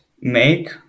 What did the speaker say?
make